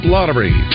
Lottery